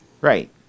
right